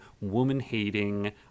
woman-hating